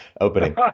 opening